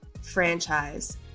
franchise